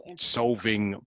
solving